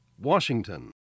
Washington